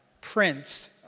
Prince